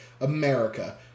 America